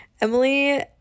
Emily